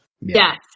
Yes